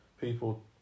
people